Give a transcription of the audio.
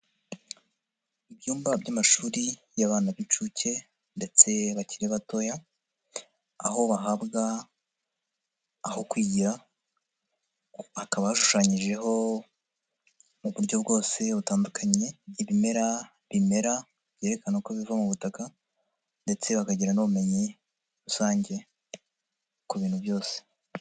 Ibyumba by'amashuri y'abana b'incuke ndetse bakiri batoya, aho bahabwa aho kwigira, hakaba hashushanyijeho mu buryo bwose butandukanye, ibimera bimera byerekana uko biva mu butaka ndetse bakagira n'ubumenyi rusange ku bintu byose.